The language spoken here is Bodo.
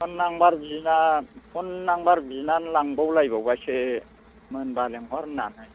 फन नाम्बार बिना फन नाम्बार बिनानै लांबाव लायबावबायसो मोनब्ला लेंहर होननानै